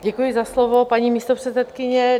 Děkuji za slovo, paní místopředsedkyně.